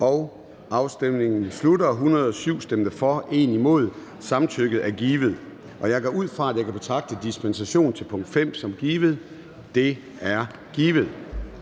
hverken for eller imod stemte 0. Samtykket er givet. Jeg går ud fra, at jeg kan betragte dispensation til punkt 5 som givet. Det er givet.